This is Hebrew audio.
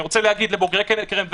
אני רוצה להגיד לבוגרי קרן וקסנר,